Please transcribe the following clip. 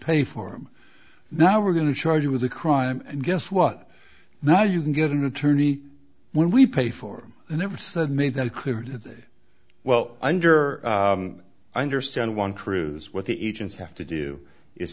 pay for him now we're going to charge you with a crime and guess what now you can get an attorney when we pay for never said made that clear today well under understand one cruise what the agents have to do is